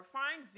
find